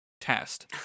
test